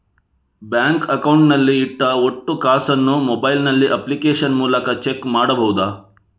Bank account ನಲ್ಲಿ ಇಟ್ಟ ಒಟ್ಟು ಕಾಸನ್ನು ಮೊಬೈಲ್ ನಲ್ಲಿ ಅಪ್ಲಿಕೇಶನ್ ಮೂಲಕ ಚೆಕ್ ಮಾಡಬಹುದಾ?